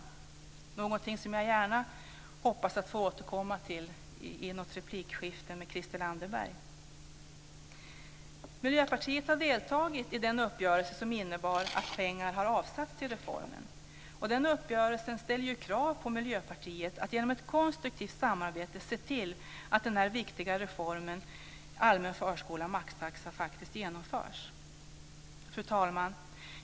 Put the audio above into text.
Det är någonting som jag hoppas att jag får återkomma till i något replikskifte med Christel Anderberg. Miljöpartiet har deltagit i den uppgörelse som innebar att pengar har avsatts till reformen. Den uppgörelsen ställer ju krav på Miljöpartiet att genom ett konstruktivt samarbete se till att den här viktiga reformen - allmän förskola och maxtaxa - faktiskt genomförs. Fru talman!